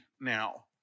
now